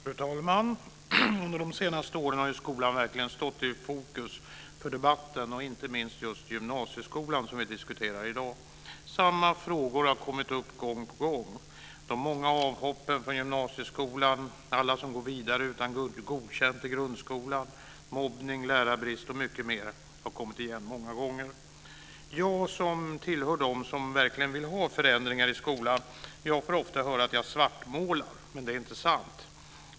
Fru talman! Under de senaste åren har skolan verkligen stått i fokus för debatten, inte minst gymnasieskolan som vi diskuterar i dag. Samma frågor har kommit upp gång på gång. De många avhoppen från gymnasieskolan, alla som går vidare utan godkänt i grundskolan, mobbning, lärarbrist och mycket mera har kommit igen många gånger. Jag som tillhör dem som verkligen vill ha förändringar i skolan får ofta höra att jag svartmålar. Det är inte sant.